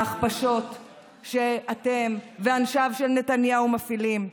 ההכפשות שאתם ואנשיו של נתניהו מפעילים,